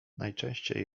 najczęściej